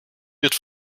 wird